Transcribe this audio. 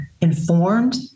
informed